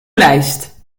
lijst